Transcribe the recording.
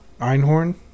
Einhorn